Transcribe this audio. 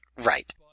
right